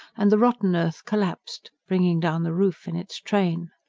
and the rotten earth collapsed, bringing down the roof in its train.